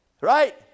Right